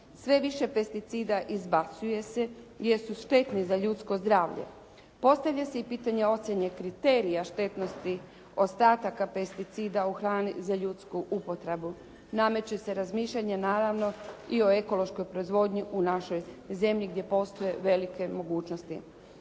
Sve više pesticida izbacuje se jer su štetni za ljudsko zdravlje. Postavlja se i pitanje ocjene kriterija štetnosti ostataka pesticida u hrani za ljudsku upotrebu. Nameće se razmišljanje naravno i o ekološkoj proizvodnji u našoj zemlji gdje postoje velike mogućnosti.